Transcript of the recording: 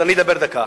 אז אני אדבר דקה.